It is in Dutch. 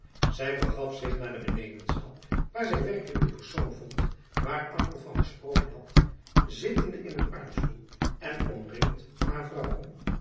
zij begaf zich naar de benedenzaal waar zij werkelijk de persoon vond waar arkel van gesproken had zittende in een armstoel en omringd van haar vrouwen